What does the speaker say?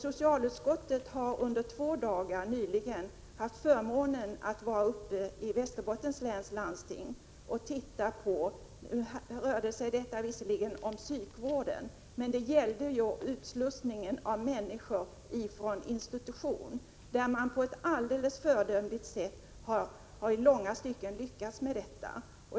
Socialutskottet har nyligen under två dagar haft förmånen att vara uppe hos Västerbottens läns landsting och se på ett projekt. Nu rörde det sig visserligen om psykvården, men det gällde utslussningen av människor från institution. På ett alldeles föredömligt sätt har man i långa stycken lyckats med detta.